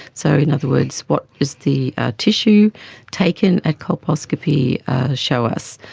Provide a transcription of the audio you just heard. so in other words, what is the tissue taken, ah colposcopy show us.